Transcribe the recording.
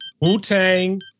Wu-Tang